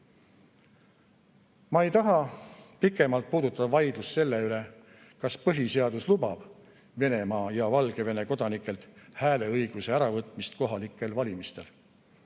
ei taha pikemalt puudutada vaidlust selle üle, kas põhiseadus lubab Venemaa ja Valgevene kodanikelt hääleõiguse äravõtmist kohalikel valmistel.